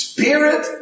Spirit